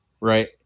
Right